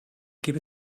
gebe